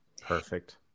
Perfect